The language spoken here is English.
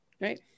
Right